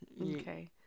okay